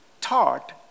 taught